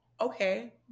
okay